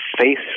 face